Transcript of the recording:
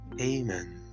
Amen